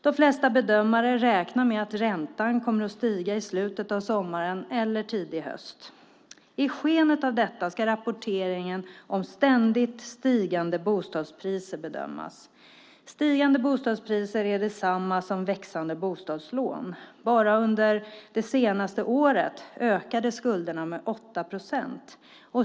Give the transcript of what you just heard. De flesta bedömare räknar med att räntan kommer att stiga i slutet av sommaren eller under tidig höst. I skenet av detta ska rapporteringen om ständigt stigande bostadspriser bedömas. Stigande bostadspriser är detsamma som växande bostadslån. Bara under det senaste året ökade skulderna med 8 procent.